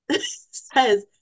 says